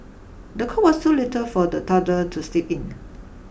the cot was too little for the toddler to sleep in